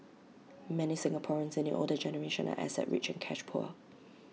many Singaporeans in the older generation are asset rich and cash poor